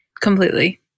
Completely